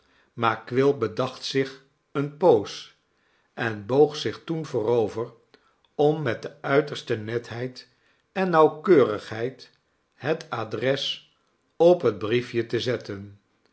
maar quilp bedacht zich eene poos en boog zich toen voorover om met de uiterste netheid en nauwkeurigheid het adres op het briefje te zetten